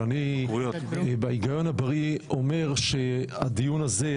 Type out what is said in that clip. אבל בהיגיון הבריא אני אומר שהדיון הזה,